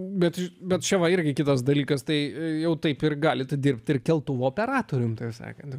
bet bet čia va irgi kitas dalykas tai jau taip ir galite dirbti ir keltuvo operatoriumi tai sakant